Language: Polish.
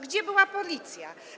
Gdzie była policja?